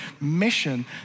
mission